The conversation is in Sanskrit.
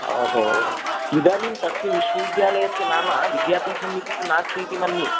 इदानीं तस्य विश्वविद्यालयस्य नाम विद्यापीठम् इति तु नास्ति इति मन्ये